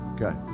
Okay